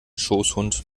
schoßhund